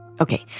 Okay